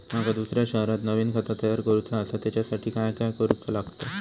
माका दुसऱ्या शहरात नवीन खाता तयार करूचा असा त्याच्यासाठी काय काय करू चा लागात?